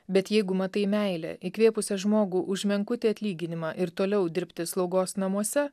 bet jeigu matai meilę įkvėpusią žmogų už menkutį atlyginimą ir toliau dirbti slaugos namuose